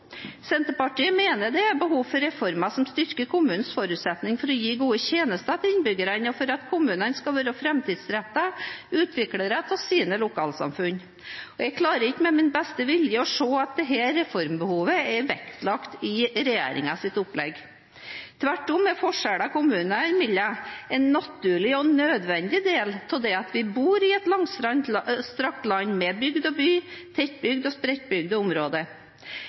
Senterpartiet mener det er behov for reformer som styrker kommunenes forutsetninger for å gi gode tjenester til innbyggerne, og for at kommunene skal være framtidsrettede utviklere av sine lokalsamfunn. Jeg klarer ikke med min beste vilje å se at dette reformbehovet er vektlagt i regjeringens opplegg. Tvert om er forskjellene kommunene imellom en naturlig og nødvendig del av at vi bor i et langstrakt land med bygd og by, tettbygde og spredtbygde områder. Dette er dårlig ivaretatt i reformen. Kommunene i både bygd og